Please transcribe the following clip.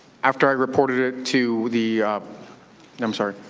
after i reported it to the i'm sorry,